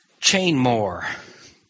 Chainmore